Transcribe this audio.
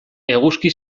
eguzki